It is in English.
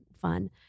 fun